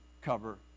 cover